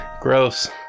gross